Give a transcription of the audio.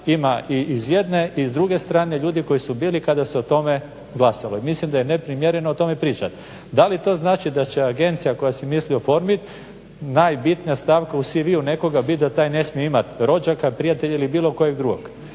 ima i iz jedne i druge strane, ljudi koji su bili kada se o tome glasalo i mislim da je neprimjereno o tome pričati. Da li to znači da će agencija koja se misli oformit najbitnija stavka u CV-u nekoga biti da taj ne smije imati rođaka, prijatelja ili bilo kojeg drugog.